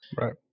Right